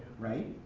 right?